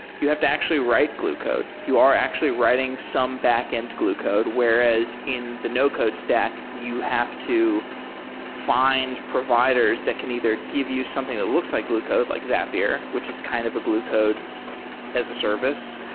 you have to actually write glue code. you are actually writing some backend glue code. whereas in the no-code stack, you have to fi nd providers that can either give you something that looks like glue code, like zapier, which is kind of a glue code as a service,